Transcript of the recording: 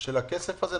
של הכסף הזה.